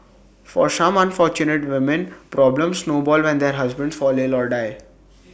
for some unfortunate women problems snowball when their husbands fall ill or die